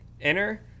Enter